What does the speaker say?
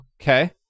Okay